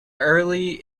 early